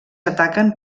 ataquen